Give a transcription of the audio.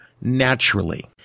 naturally